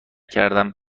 کردهام